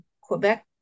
Quebec